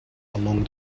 along